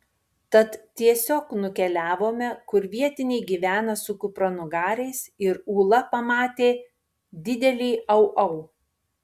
tad tiesiog nukeliavome kur vietiniai gyvena su kupranugariais ir ūla pamatė didelį au au